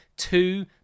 two